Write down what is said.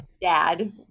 dad